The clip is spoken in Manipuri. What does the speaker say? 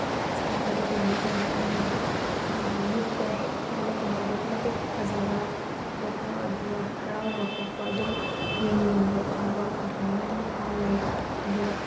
ꯁꯥꯠꯄꯗꯣ ꯎꯕ ꯃꯇꯝꯗ ꯑꯩꯉꯣꯟꯗ ꯃꯤꯠꯇ ꯍꯦꯛ ꯎꯕ ꯃꯇꯝꯗ ꯑꯗꯨꯛꯀꯤ ꯃꯇꯤꯛ ꯐꯖꯕ ꯄꯣꯛꯄ ꯑꯗꯨꯒ ꯍꯔꯥꯎꯕ ꯄꯣꯛꯄ ꯑꯗꯨꯝ ꯌꯦꯡꯅꯤꯡꯕ ꯐꯥꯎꯕ ꯑꯗꯨꯃꯥꯏꯅ ꯑꯗꯨꯝ ꯐꯥꯎꯋꯦ ꯑꯗꯨꯒ